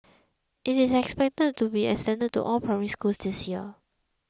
it is expected to be extended to all Primary Schools this year